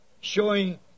Showing